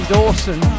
Dawson